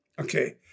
okay